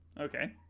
okay